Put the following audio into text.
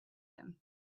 him